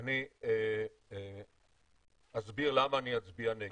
אני אסביר למה אני אצביע נגד.